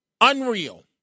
unreal